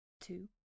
two